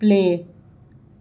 play